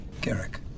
Garrick